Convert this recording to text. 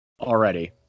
already